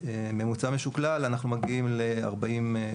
ממוצע משוקלל אנחנו מגיעים ל-43%